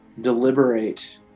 deliberate